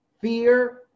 fear